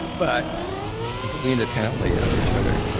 but completely independently of each other.